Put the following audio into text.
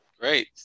Great